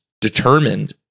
determined